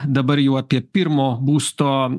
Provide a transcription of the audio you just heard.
dabar jau apie pirmo būsto